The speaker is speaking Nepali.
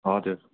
हजुर